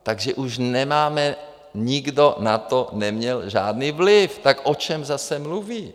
Takže už nemáme, nikdo na to neměl žádný vliv, tak o čem zase mluví?